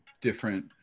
different